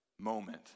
moment